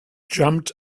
jumped